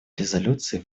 резолюции